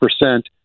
percent